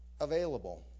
available